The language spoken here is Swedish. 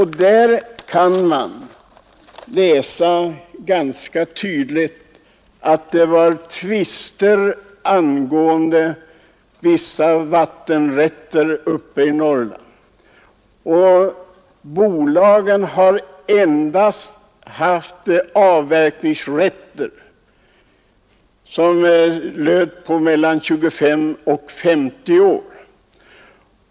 Där kan man ganska tydligt läsa att det fanns många tvister rörande vissa vattenrätter uppe i Norrland. Bolagen har endast haft de avverkningsrätter som löd på mellan 25 och 50 år.